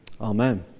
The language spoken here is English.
Amen